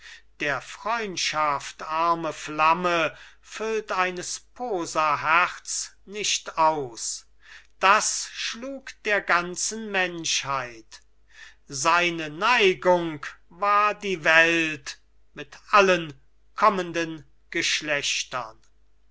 der freundschaft arme flamme füllt eines posa herz dicht aus das schlug der ganzen menschheit seine neigung war die welt mit allen kommenden geschlechtern